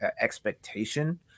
expectation